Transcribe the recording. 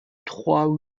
trois